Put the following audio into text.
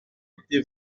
été